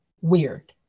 weird